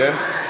כן?